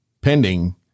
pending